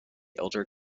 elder